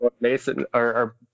Mason—or—